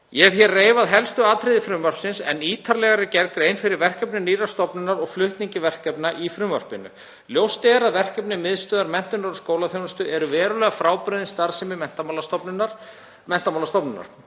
Ég hef hér reifað helstu atriði frumvarpsins en ítarlegar er gerð grein fyrir verkefnum nýrrar stofnunar og flutningi verkefna í frumvarpinu. Ljóst er að verkefni Miðstöðvar menntunar og skólaþjónustu eru verulega frábrugðin starfsemi Menntamálastofnunar.